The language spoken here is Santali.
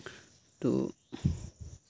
ᱛᱚ